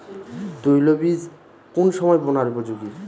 তৈল বীজ কোন সময় বোনার উপযোগী?